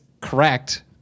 correct